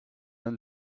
then